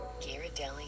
Ghirardelli